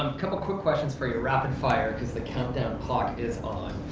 couple quick questions for your rapid fire cause the countdown clock is on.